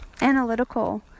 analytical